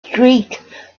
streak